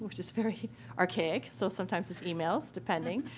which is very archaic, so sometimes it's emails depending,